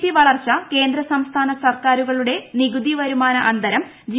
P വളർച്ച കേന്ദ്ര സംസ്ഥാന സർക്കാരുകളുടെ നികുതി വരുമാന അന്തരം ജി